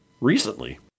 Recently